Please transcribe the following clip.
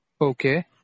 Okay